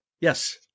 yes